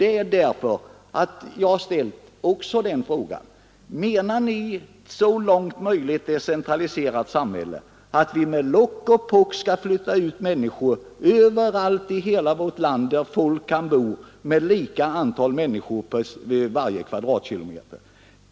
Jag har ju också ställt frågan: Menar ni med ett så långt möjligt decentraliserat samhälle att vi med lock och pock skall flytta ut människor överallt i hela vårt land där folk kan bo med lika antal människor på varje kvadratkilometer?